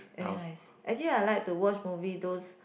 very nice actually I like to watch movie those